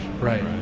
Right